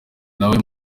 nawe